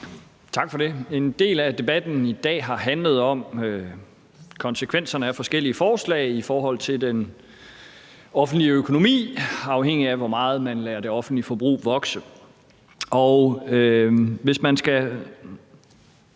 Tak for det. En del af debatten i dag har handlet om konsekvenserne af forskellige forslag i forhold til den offentlige økonomi, afhængigt af hvor meget man lader det offentlige forbrug vokse.